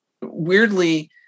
weirdly